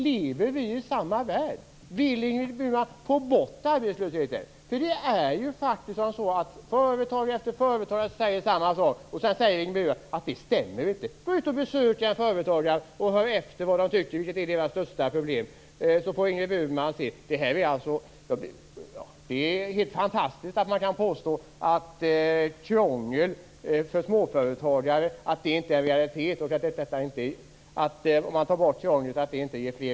Lever vi i samma värld? Vill Ingrid Burman få bort arbetslösheten? Företagare efter företagare säger samma sak, och sedan säger Ingrid Burman att det inte stämmer. Gå ut och besök företagare och hör efter vad de tycker är deras största problem! Då får Ingrid Burman se. Det är helt fantastiskt att man kan påstå att krångel för småföretagare inte är en realitet och att det inte ger fler jobb om man tar bort krånglet.